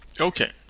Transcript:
Okay